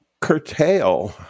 curtail